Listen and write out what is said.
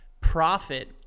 profit